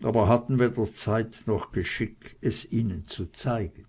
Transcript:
aber hatten weder zeit noch geschick es ihnen zu zeigen